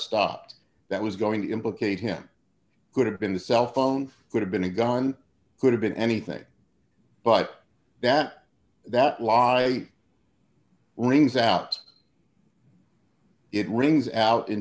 stopped that was going to implicate him could have been the cell phone could have been a gun could have been anything but that that lie rings out it rings out in